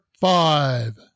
Five